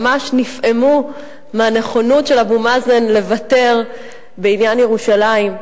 ממש נפעמו מהנכונות של אבו מאזן לוותר בעניין ירושלים.